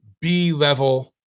B-level